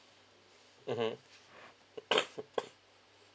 mmhmm